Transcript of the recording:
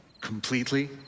completely